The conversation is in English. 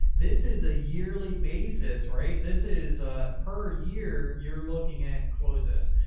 this is a yearly basis, right? this is a per year. you're looking at close us.